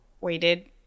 waited